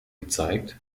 gezeigt